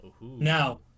now